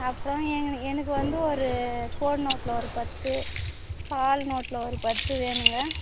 அப்புறம் எங்கன எனக்கு வந்து ஒரு ஃபோர் நோட்டில் ஒரு பத்து கால் நோட்டில் ஒரு பத்து வேணுங்க